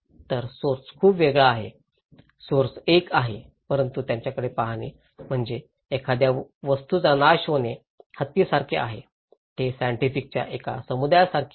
तर सोर्स खूप वेगळा आहे सोर्स एक आहे परंतु त्याकडे पाहणे म्हणजे एखाद्या वस्तूचा नाश होणे हत्तीसारखे आहे ते सायन्टिफिकांच्या एका समुदायासारखे आहे